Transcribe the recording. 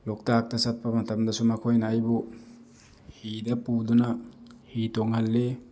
ꯂꯣꯛꯇꯥꯛꯇ ꯆꯠꯄ ꯃꯇꯝꯗꯁꯨ ꯃꯈꯣꯏꯅ ꯑꯩꯕꯨ ꯍꯤꯗ ꯄꯨꯗꯨꯅ ꯍꯤ ꯇꯣꯡꯍꯜꯂꯤ